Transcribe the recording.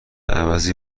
عوضی